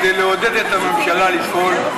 כדי לעודד את הממשלה לפעול,